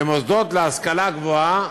למוסדות להשכלה גבוהה